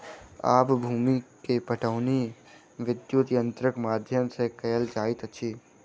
आब भूमि के पाटौनी विद्युत यंत्रक माध्यम सॅ कएल जाइत अछि